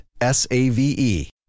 S-A-V-E